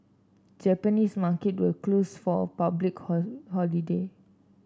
Japanese market were closed for a public holiday